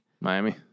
Miami